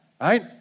Right